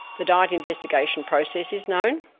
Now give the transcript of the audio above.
the diet investigation process is known.